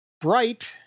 bright